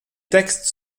textes